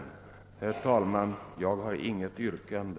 Herr talman! Jag har inget yrkande.